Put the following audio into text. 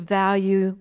value